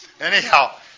Anyhow